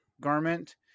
garment